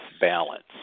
balance